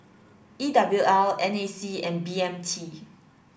E W L N A C and B M T